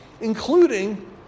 including